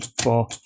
four